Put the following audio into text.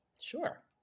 Sure